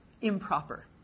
improper